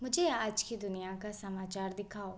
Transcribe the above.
मुझे आज की दुनिया का समाचार दिखाओ